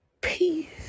Peace